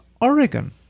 Oregon